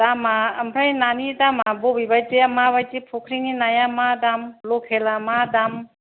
दामा ओमफ्राय नानि दामा बबेबायदिया माबायदि फुख्रिनि नाया मा दाम लकेला मा दाम